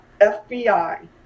FBI